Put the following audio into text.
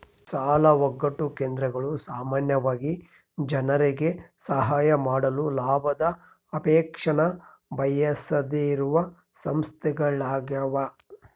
ಸಾಲ ಒಕ್ಕೂಟ ಕೇಂದ್ರಗಳು ಸಾಮಾನ್ಯವಾಗಿ ಜನರಿಗೆ ಸಹಾಯ ಮಾಡಲು ಲಾಭದ ಅಪೇಕ್ಷೆನ ಬಯಸದೆಯಿರುವ ಸಂಸ್ಥೆಗಳ್ಯಾಗವ